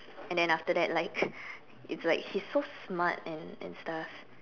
and then after that like it's like he's so smart and and stuff